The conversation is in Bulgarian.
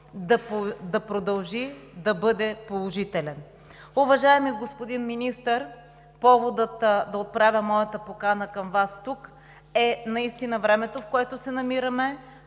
да продължи да бъде положителен. Уважаеми господин Министър, поводът да отправя моята покана към Вас наистина е времето, в което се намираме